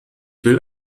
will